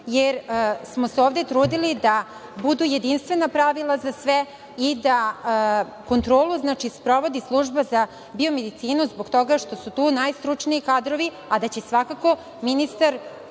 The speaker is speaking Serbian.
jer smo se ovde trudili da budu jedinstvena pravila za sve i da kontrolu sprovodi služba za biomedicinu zbog toga što su tu najstručniji kadrovi, a da će svakako ministar